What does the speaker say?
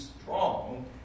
strong